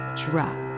drop